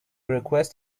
request